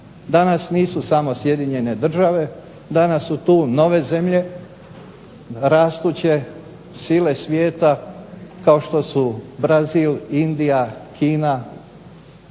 danas nisu samo Sjedinjene Države, danas su tu nove zemlje, rastuće sile svijeta kao što su Brazil, Indija, Kina,